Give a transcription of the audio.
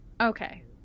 Okay